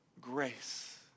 Grace